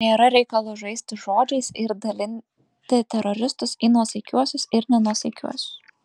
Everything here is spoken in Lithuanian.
nėra reikalo žaisti žodžiais ir dalinti teroristus į nuosaikiuosius ir nenuosaikiuosius